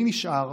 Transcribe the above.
מי נשאר?